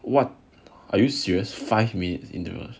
what are you serious five minutes